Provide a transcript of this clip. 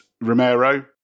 Romero